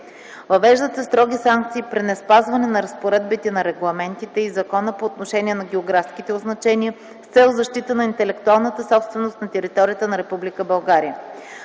Въвеждат се строги санкции при неспазване на разпоредбите на регламентите и закона по отношение на географските означения, с цел защита на интелектуалната собственост на територията на